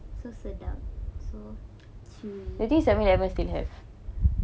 so sedap so chewy